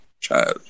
child